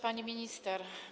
Pani Minister!